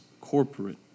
corporate